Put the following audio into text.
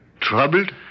Troubled